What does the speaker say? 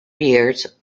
years